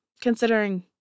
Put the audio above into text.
considering